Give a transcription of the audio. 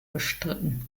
bestritten